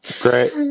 Great